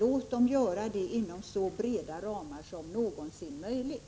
Låt dem göra det inom så breda ramar som någonsin är möjligt.